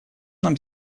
нам